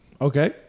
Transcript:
Okay